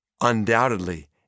Undoubtedly